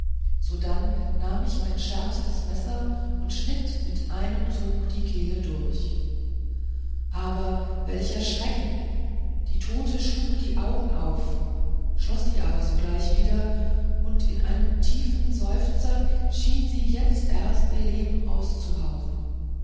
sodann nahm ich mein schärfstes messer und schnitt mit einem zug die kehle durch aber welcher schrecken die tote schlug die augen auf schloß sie aber gleich wieder und in einem tiefen seufzer schien sie jetzt erst ihr leben auszuhauchen